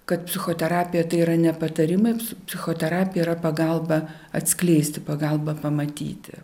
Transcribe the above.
kad psichoterapija tai yra ne patarimams psichoterapija yra pagalba atskleisti pagalba pamatyti